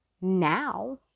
now